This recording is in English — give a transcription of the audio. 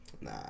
Nah